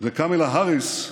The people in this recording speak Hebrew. וקמלה האריס,